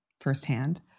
firsthand